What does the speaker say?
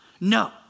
No